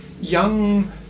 young